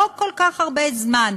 לא כל כך הרבה זמן,